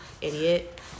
idiot